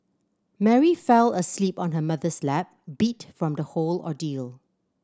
Mary fell asleep on her mother's lap beat from the whole ordeal